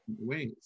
ways